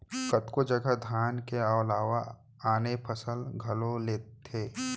कतको जघा धान के अलावा आने फसल घलौ लेथें